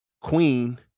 Queen